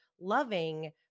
loving